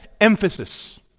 Emphasis